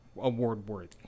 award-worthy